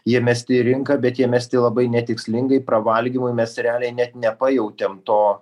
jie mesti į rinką bet jie mesti labai netikslingai pravalgymui mes realiai net nepajautėm